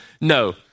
No